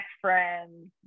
friends